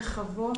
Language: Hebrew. רחבות.